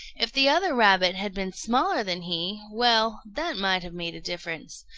if the other rabbit had been smaller than he well, that might have made a difference.